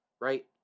right